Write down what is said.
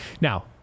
Now